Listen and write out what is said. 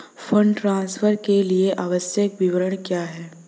Fund transfer के लिए आवश्यक विवरण क्या हैं?